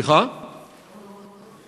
למה לא ועדת החינוך?